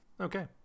Okay